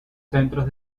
centros